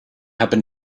happen